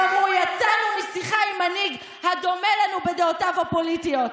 הם אמרו: יצאנו משיחה עם מנהיג הדומה לנו בדעותיו הפוליטיות.